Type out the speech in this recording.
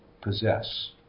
possess